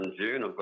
June